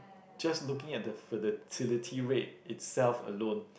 just looking at the fertility rate itself alone